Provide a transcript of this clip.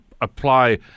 apply